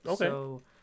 Okay